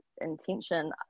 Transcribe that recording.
intention